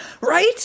right